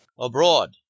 Abroad